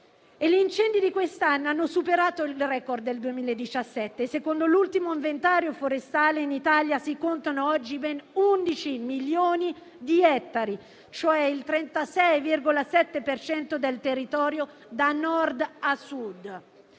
Gli incendi di quest'anno hanno superato il *record* del 2017. Secondo l'ultimo inventario forestale, in Italia si contano oggi ben 11 milioni di ettari, cioè il 36,7 per cento del territorio da Nord a Sud: